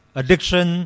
addiction